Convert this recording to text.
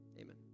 Amen